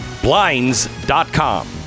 Blinds.com